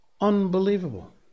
unbelievable